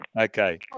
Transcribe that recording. Okay